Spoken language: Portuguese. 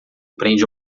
prende